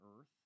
earth